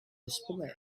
display